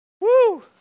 Woo